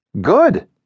Good